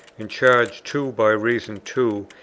and charge two by reason two,